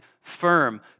firm